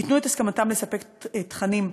יתנו את הסכמתם לספק תכנים,